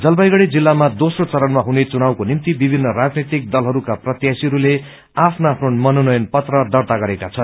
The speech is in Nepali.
जलपाइगढ़ी जिल्लामा दोस्रो चरणमा हुने चुनावको निम्ति विभिन्न राजनैतिक दलहरूका प्रत्याशीहरूले आफ्नो आफ्नो मनोनयन पत्र दर्ता गरेका छन्